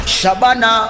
Shabana